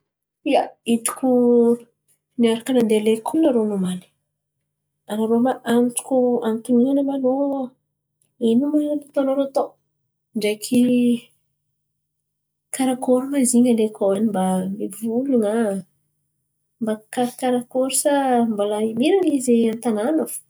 Ia, hitako niaraka nandeha lekoly anarô nomaly, anarô ma antoko, antoniana ma anô. Ino ma raha natônarô tô ndreky karakory ma izy a lekôly ô? Mba mivolan̈a, mba karà kara kôry sa mbalà miran̈a izy an-tanàna fo?